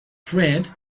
friend